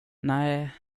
nej